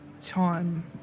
time